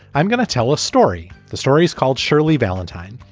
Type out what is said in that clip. i'm going to tell a story. the story is called shirley valentine.